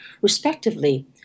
respectively